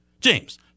James